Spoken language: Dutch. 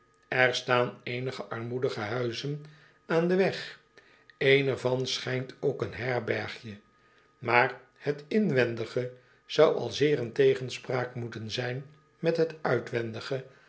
er staan eenige armoedige huizen aan den weg een er van schijnt ook een herbergje maar het inwendige zou al zeer in tegenspraak moeten zijn met het uitwendige